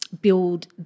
build